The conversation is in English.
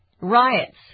Riots